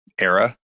era